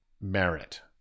merit